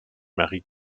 marie